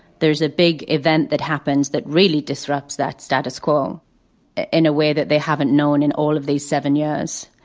there's a big event that happens that really disrupts that status quo in a way that they haven't known in all of these seven years.